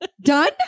done